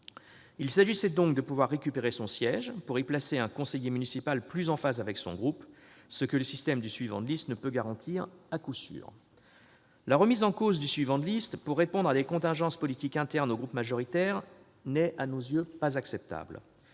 Il s'agissait donc de pouvoir récupérer son siège pour y placer un conseiller municipal plus en phase avec son groupe, ce que le système du suivant de liste ne peut garantir à coup sûr. La remise en cause du suivant de liste pour répondre à des contingences politiques internes au groupe majoritaire n'est pas acceptable